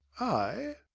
i!